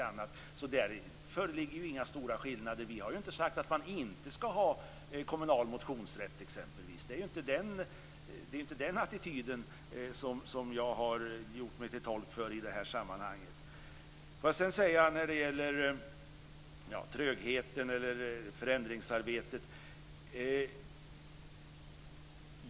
Där föreligger inga stora skillnader. Vi har inte sagt att man inte skall ha kommunal motionsrätt, exempelvis. Det är inte den attityden som jag har gjort mig till tolk för i detta sammanhang. Jag vill sedan ta upp trögheten eller förändringsarbetet.